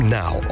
now